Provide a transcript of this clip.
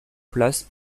place